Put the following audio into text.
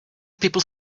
people